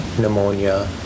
pneumonia